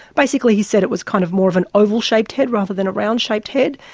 basically he said it was kind of more of an oval shaped head rather than a round shaped head.